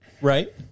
Right